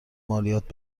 مالیات